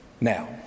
Now